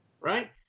right